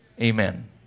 Amen